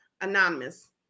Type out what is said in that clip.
Anonymous